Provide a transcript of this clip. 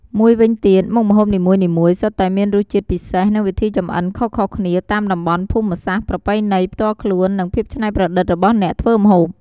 មួយវិញទៀត មុខម្ហូបនីមួយៗសុទ្ធតែមានរសជាតិពិសេស និងវិធីចម្អិនខុសៗគ្នា តាមតំបន់ភូមិសាស្ត្រ ប្រពៃណីផ្ទាល់ខ្លួន និងភាពច្នៃប្រឌិតរបស់អ្នកធ្វើម្ហូប។